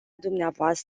dvs